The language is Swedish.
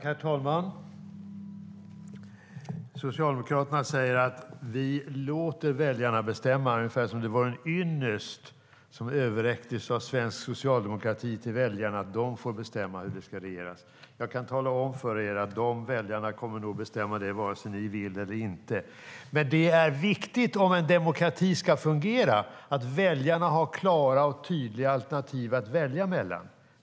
Herr talman! Socialdemokraterna säger: Vi låter väljarna bestämma. Det är ungefär som om det vore en ynnest som överräcktes av svensk socialdemokrati till väljarna: Ni får bestämma hur det ska regeras. Jag kan tala om för er att dessa väljare kommer att bestämma det vare sig ni vill eller inte. Om en demokrati ska fungera är det viktigt att väljarna har klara och tydliga alternativ att välja mellan.